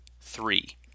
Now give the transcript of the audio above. three